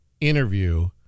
interview